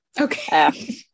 okay